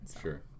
sure